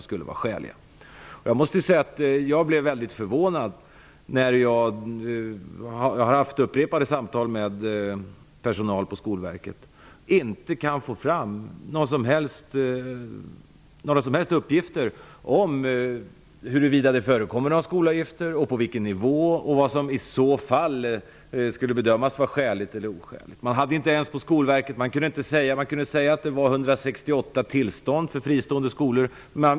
Jag har haft upprepade samtal med personal på Skolverket, och jag har blivit uppriktigt förvånad när jag inte har kunnat få fram några som helst uppgifter om huruvida det förekommer några skolavgifter och på vilken nivå och vad som i så fall bedöms vara skäligt eller oskäligt. Skolverket har kunnat meddela att det finns 168 tillstånd för fristående skolor.